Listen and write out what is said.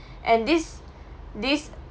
and this this